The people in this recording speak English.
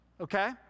okay